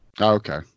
Okay